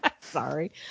sorry